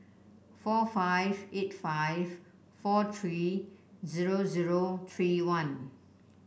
four five eight five four three zero zero three one